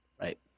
Right